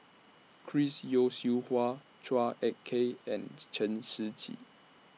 Chris Yeo Siew Hua Chua Ek Kay and Chen Shiji